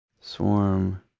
Swarm